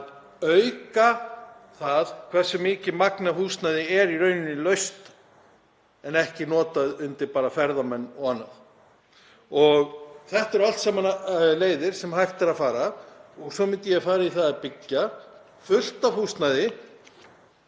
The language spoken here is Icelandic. auka það hversu mikið magn af húsnæði er í rauninni laust en ekki notað undir bara ferðamenn og annað. Þetta eru allt saman leiðir sem hægt er að fara. Svo myndi ég fara í það að byggja fullt af húsnæði